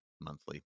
monthly